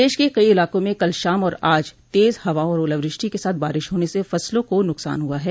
प्रदेश के कई इलाकों में कल शाम और आज तेज हवाओं और ओलावृष्टि के साथ बारिश होने से फसलों को नुकसान हुआ है